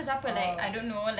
oh